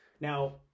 now